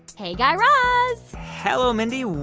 hey, guy raz hello, mindy,